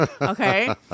Okay